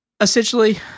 Essentially